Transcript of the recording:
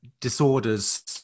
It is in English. disorders